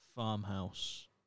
Farmhouse